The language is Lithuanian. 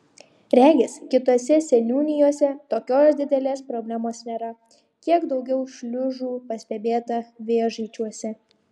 regis kitose seniūnijose tokios didelės problemos nėra kiek daugiau šliužų pastebėta vėžaičiuose